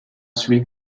celui